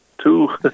Two